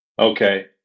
Okay